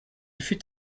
fut